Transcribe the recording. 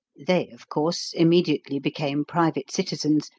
they, of course, immediately became private citizens,